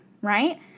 right